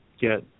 get